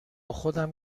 خودم